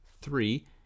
three